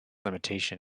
limitation